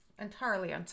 entirely